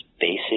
basic